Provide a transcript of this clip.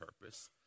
purpose